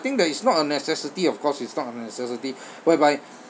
think that is not a necessity of course it's not a necessity whereby